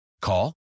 Call